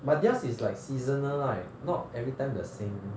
but theirs is like seasonal right not everytime the same